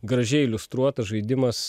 gražiai iliustruotas žaidimas